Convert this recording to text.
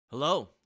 Hello